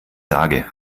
sage